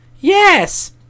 Yes